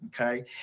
okay